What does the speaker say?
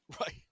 Right